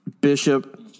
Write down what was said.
bishop